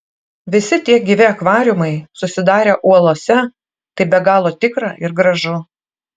visi tie gyvi akvariumai susidarę uolose tai be galo tikra ir gražu